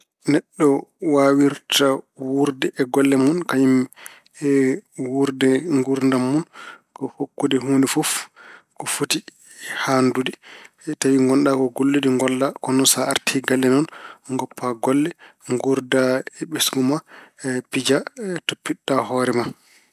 Neɗɗo waawirta wuurde e golle mun kañum e wuurde nguurdam ko hokkude huunde fof ko foti haandude. Tawi ngonɗa ko e gollude, ngolla. Kono noon so arti galle noon, ngoppa golle nguurda e besngu ma, pija, toppitoɗa hoore ma.